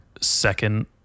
second